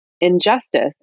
injustice